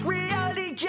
Reality